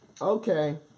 Okay